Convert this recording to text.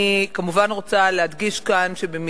אני כמובן רוצה להדגיש כאן שאם